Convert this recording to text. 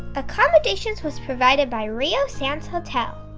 accomodations was provided by rio sands hotel.